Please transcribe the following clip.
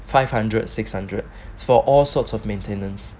five hundred six hundred for all sorts of maintenance